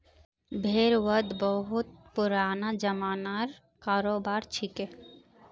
भेड़ वध बहुत पुराना ज़मानार करोबार छिके